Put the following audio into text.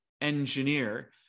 engineer